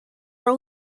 are